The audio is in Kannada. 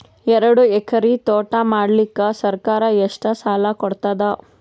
ಎರಡು ಎಕರಿ ತೋಟ ಮಾಡಲಿಕ್ಕ ಸರ್ಕಾರ ಎಷ್ಟ ಸಾಲ ಕೊಡತದ?